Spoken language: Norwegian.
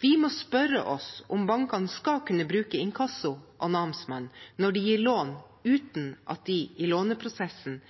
Vi må spørre oss om bankene skal kunne bruke inkasso og namsmann når de gir lån uten at de i låneprosessen